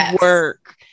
work